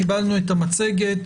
קיבלנו את המצגת,